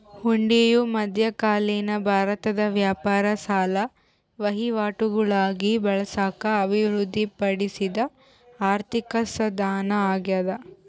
ಹುಂಡಿಯು ಮಧ್ಯಕಾಲೀನ ಭಾರತದ ವ್ಯಾಪಾರ ಸಾಲ ವಹಿವಾಟುಗುಳಾಗ ಬಳಸಾಕ ಅಭಿವೃದ್ಧಿಪಡಿಸಿದ ಆರ್ಥಿಕಸಾಧನ ಅಗ್ಯಾದ